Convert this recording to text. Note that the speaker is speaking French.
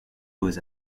beaux